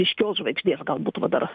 ryškios žvaigždės galbūt va dar